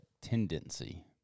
tendency